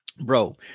Bro